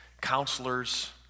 counselors